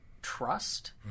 trust